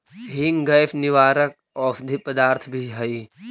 हींग गैस निवारक औषधि पदार्थ भी हई